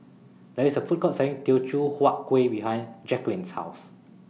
There IS A Food Court Selling Teochew Huat Kuih behind Jacquelin's House